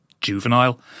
juvenile